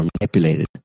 manipulated